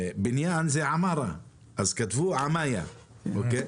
בניין זה "עמארה", אז כתבו "עמאיה", אוקיי?